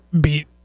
beat